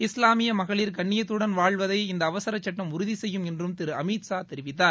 இஸ்லாமிய மகளிர் கண்ணியத்துடன் வாழ்வதை இந்த அவசர சுட்டம் உறுதி செய்யும் என்றும் திரு அமீத்ஷா தெரிவித்தார்